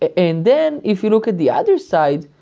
and then if you look at the other side,